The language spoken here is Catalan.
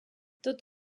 tot